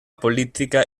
política